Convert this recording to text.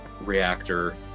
reactor